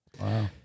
Wow